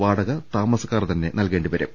വാടക താമസക്കാർതന്നെ നൽകേണ്ടിവരും